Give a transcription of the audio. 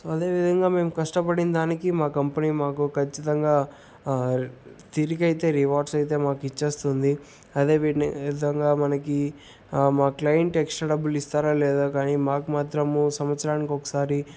so అదేవిధంగా మేము కష్టపడిన దానికి మా కంపెనీ మాకు ఖచ్చితంగా తిరిగి అయితే రివార్డ్స్ అయితే మాకిచ్చేస్తుంది అదే విధంగా మనకి మా క్లైంట్ ఎక్స్ట్రా డబ్బులిస్తారా లేదా కానీ మాకు మాత్రం సంవత్సరానికి ఒకసారి